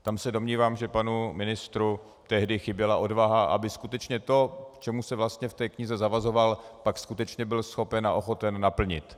Tam se domnívám, že panu ministru chyběla odvaha tehdy, aby skutečně to, k čemu se vlastně v té knize zavazoval, pak skutečně byl schopen a ochoten naplnit.